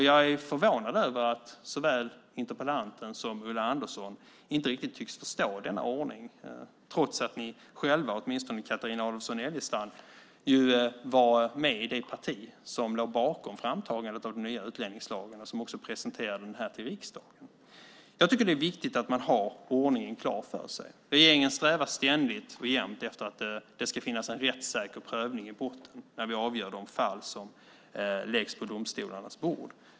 Jag är förvånad över att såväl interpellanten som Ulla Andersson inre riktigt tycks förstå denna ordning, trots att ni själva, åtminstone Carina Adolfsson Elgestam, ju är med i det parti som låg bakom framtagandet av den nya utlänningslagen och som också presenterade den här i riksdagen. Jag tycker att det är viktigt att man har ordningen klar för sig. Regeringen strävar ständigt och jämt efter att det ska finnas en rättssäker prövning i botten när vi avgör de fall som läggs på domstolarnas bord.